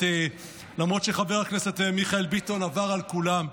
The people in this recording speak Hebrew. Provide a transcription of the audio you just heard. למרות שחבר הכנסת מיכאל ביטון עבר על כולם,